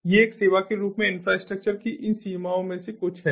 ये एक सेवा के रूप में इंफ्रास्ट्रक्चर की इन सीमाओं में से कुछ हैं